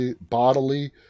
bodily